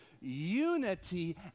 unity